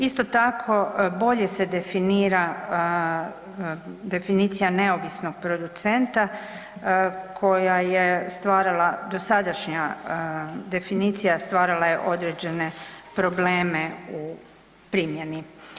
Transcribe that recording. Isto tako bolje se definira definicija neovisnog producenta koja je stvarala dosadašnja definicija stvarala je određene probleme u primjeni.